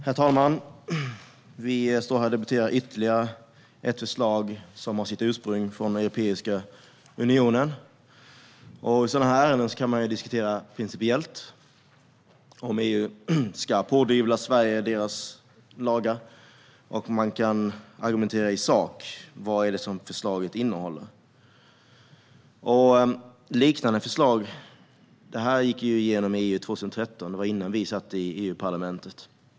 Herr talman! Vi står här och debatterar ytterligare ett förslag som har sitt ursprung i Europeiska unionen. I sådana här ärenden kan man diskutera principiellt om EU ska pådyvla Sverige sina lagar. Och man kan argumentera i sak: Vad är det förslaget innehåller? Det här gick igenom i EU 2013. Det var innan vi satt i EU-parlamentet.